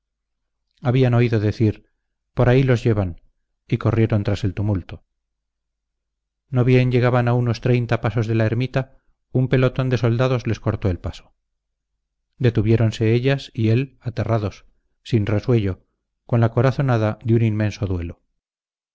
habían oído decir por ahí los llevan y corrieron tras el tumulto no bien llegaban a unos treinta pasos de la ermita un pelotón de soldados les cortó el paso detuviéronse ellas y él aterrados sin resuello con la corazonada de un inmenso duelo